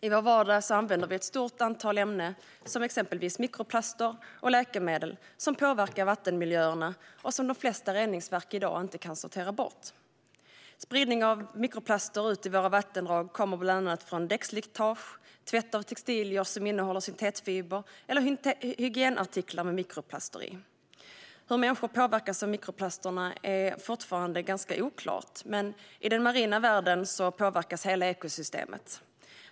I vår vardag använder vi ett stort antal ämnen, exempelvis mikroplaster och läkemedel, som påverkar vattenmiljöerna och som de flesta reningsverk i dag inte kan sortera bort. Spridning av mikroplaster ut i våra vattendrag kommer bland annat från däckslitage, tvätt av textilier som innehåller syntetfiber och från hygienartiklar som innehåller mikroplaster. Hur människor påverkas av mikroplaster är fortfarande ganska oklart, men i den marina världen påverkas hela ekosystemet.